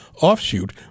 offshoot